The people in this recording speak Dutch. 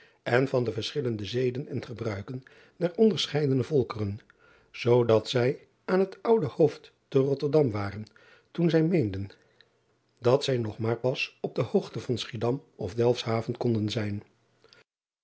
en van de verschillende zeden en gebruiken der onderscheidene volkeren zoodat zij aan het ude oofd te otterdam waren toen zij meenden dat zij nog maar pas op de hoogte van chiedam of elfshaven konden zijn